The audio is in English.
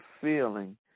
feeling